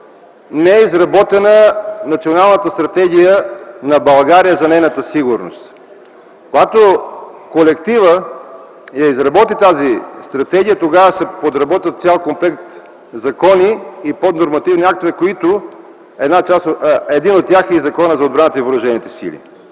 не е изработена националната стратегия на България за нейната сигурност. Когато колективът изработи тази стратегия, тогава ще се подработят цял комплект закони и поднормативни актове, един от които е и Законът за отбраната и въоръжените сили.